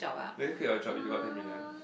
will you quit your job if you got ten million